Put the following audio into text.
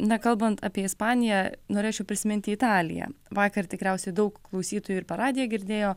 na kalbant apie ispaniją norėčiau prisiminti italiją vakar tikriausiai daug klausytojų ir per radiją girdėjo